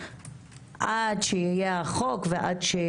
עד שיהיה החוק וכו',